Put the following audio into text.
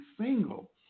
single